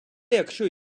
якщо